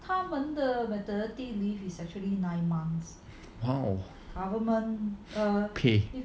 government pay